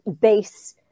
base